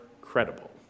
credible